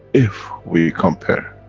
if we compare